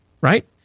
right